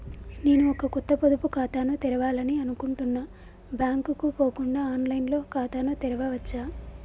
నేను ఒక కొత్త పొదుపు ఖాతాను తెరవాలని అనుకుంటున్నా బ్యాంక్ కు పోకుండా ఆన్ లైన్ లో ఖాతాను తెరవవచ్చా?